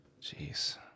Jeez